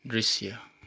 दृश्य